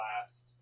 last